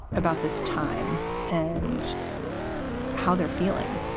about this time and how they're feeling?